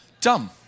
dumb